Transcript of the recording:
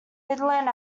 midland